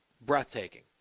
breathtaking